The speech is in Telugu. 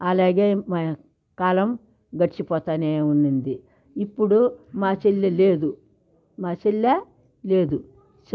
అలాగే మా కాలం గడిచిపోతా ఉంది ఇప్పుడు మా చెల్లెలు లేదు మా చెల్లెలు లేదు